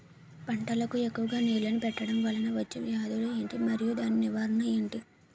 పంటలకు ఎక్కువుగా నీళ్లను పెట్టడం వలన వచ్చే వ్యాధులు ఏంటి? మరియు దాని నివారణ ఏంటి?